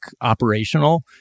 operational